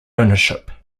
ownership